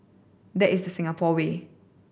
that is the Singapore way